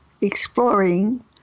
exploring